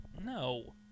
No